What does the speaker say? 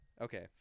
okay